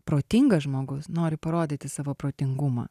protingas žmogus nori parodyti savo protingumą